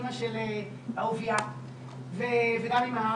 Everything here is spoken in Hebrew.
אמא של אהוביה, וגם עם האב,